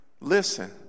Listen